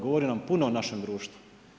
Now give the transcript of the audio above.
Govori nam puno o našem društvu.